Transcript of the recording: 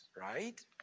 right